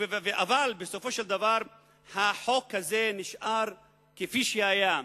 אבל בסופו של דבר החוק הזה נשאר כפי שהיה,